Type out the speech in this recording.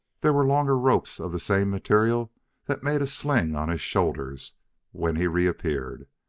there were longer ropes of the same material that made a sling on his shoulders when he reappeared.